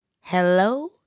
Hello